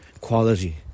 quality